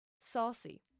Saucy